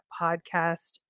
Podcast